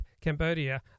Cambodia